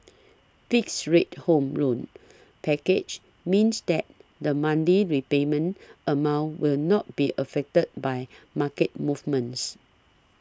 fixed rate Home Loan packages means that the Monday repayment amount will not be affected by market movements